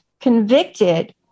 convicted